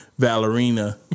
Valerina